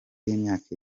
y’imyaka